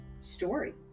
story